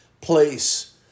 place